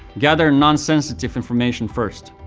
gather non-sensitive information first.